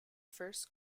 first